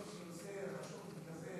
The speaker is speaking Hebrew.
אני חושב שנושא חשוב כזה,